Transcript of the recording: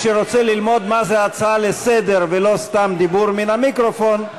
מי שרוצה ללמוד מה זה הצעה לסדר ולא סתם דיבור מן המיקרופון,